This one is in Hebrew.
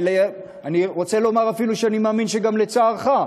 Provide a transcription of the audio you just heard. אני רוצה לומר אפילו שאני מאמין שגם לצערך,